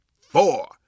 four